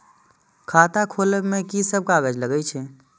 खाता खोलब में की सब कागज लगे छै?